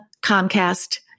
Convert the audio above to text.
Comcast